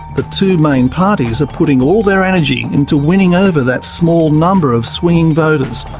the two main parties are putting all their energy into winning over that small number of swinging voters,